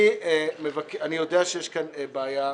אני יודע שיש כאן בעיה מסוימת,